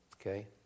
okay